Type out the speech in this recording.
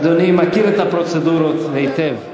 אדוני מכיר את הפרוצדורות היטב.